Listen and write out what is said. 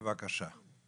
בבקשה.